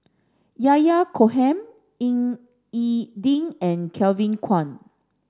Yahya Cohen Ying E Ding and Kevin Kwan